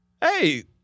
hey